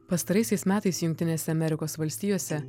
pastaraisiais metais jungtinėse amerikos valstijose